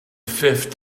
fifth